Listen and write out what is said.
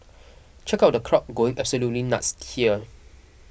check out the crowd going absolutely nuts here